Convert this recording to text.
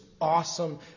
awesome